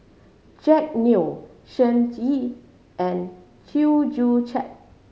Jack Neo Shen Xi and Chew Joo Chiat